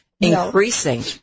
increasing